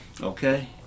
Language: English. Okay